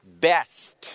best